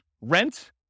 rent